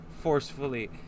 Forcefully